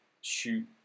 shoot